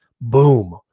Boom